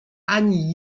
ani